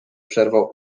przerwał